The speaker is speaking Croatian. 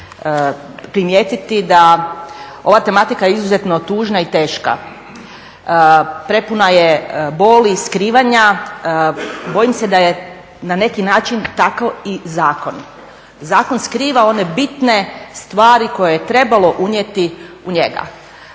primijetiti da ova tematika je izuzetno tužna i teška, prepuna je boli, skrivanja, bojim se da je na neki način tako i zakon. Zakon skriva one bitne stvari koje je trebalo unijeti u njega,